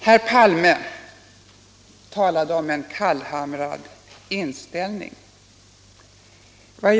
Herr Palme talade om en kallhamrad inställning.